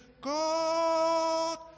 God